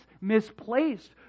misplaced